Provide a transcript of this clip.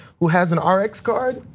who has an ah rx card.